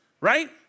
right